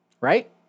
Right